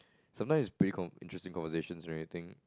sometimes it's pretty con~ interesting conversation and everything